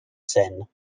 saines